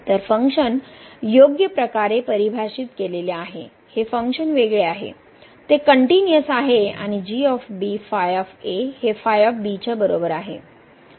तर फंक्शन योग्य प्रकारे परिभाषित केलेले आहे हे फंक्शन वेगळे आहे ते कनट्युनिअस आहे आणि हे च्या बरोबर आहे